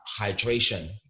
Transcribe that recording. hydration